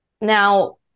Now